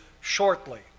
shortly